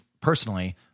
personally